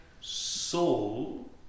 soul